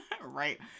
Right